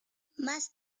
más